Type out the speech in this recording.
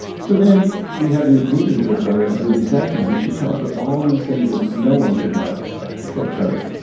so then we have these meetings with her and do these sessions and she tells her all these things that no one could know yeah except her.